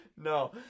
No